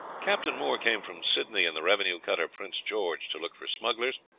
captain moore came from sydney in the revenue cutter prince george to look for smugglers,